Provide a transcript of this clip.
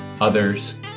others